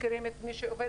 מכירים את העובדים,